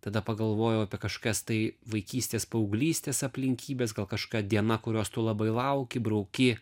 tada pagalvojau apie kažkokias tai vaikystės paauglystės aplinkybes gal kažkokia diena kurios tu labai lauki brauki